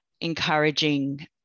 encouraging